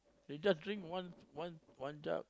they just drink one one one jug